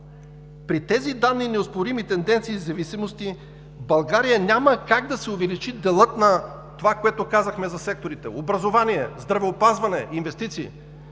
При тези данни, неоспорими тенденции и зависимости в България няма как да се увеличи делът на това, което казахме за секторите образование, здравеопазване, инвестиции.